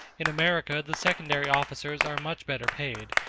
in america the secondary officers are much better paid,